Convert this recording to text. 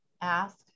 ask